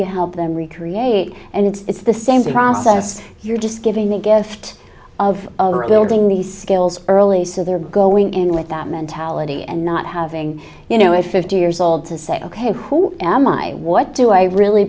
you help them recreate and it's the same process you're just giving the gift of building these skills early so they're going in with that mentality and not having you know a fifty years old to say ok who am i what do i really